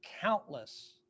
countless